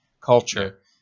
culture